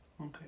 Okay